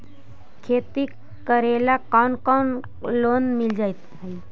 खेती करेला कौन कौन लोन मिल हइ?